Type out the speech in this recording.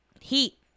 Heat